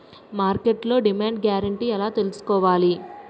మార్కెట్లో demand guarantee ఎలా తెల్సుకోవాలి?